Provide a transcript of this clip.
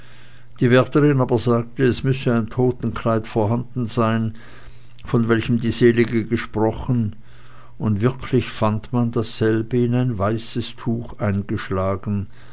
die wärterin aber sagte es müsse ein totenkleid vorhanden sein von welchem die selige gesprochen und wirklich fand man dasselbe in ein weißes tuch eingeschlagen